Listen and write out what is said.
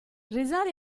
risale